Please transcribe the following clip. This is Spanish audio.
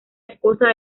esposa